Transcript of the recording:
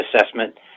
assessment